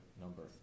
number